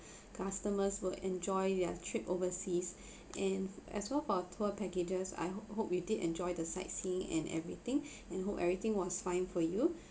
customers will enjoy their trip overseas and as well for tour packages I ho~ hope you did enjoy the sightseeing and everything and hope everything was fine for you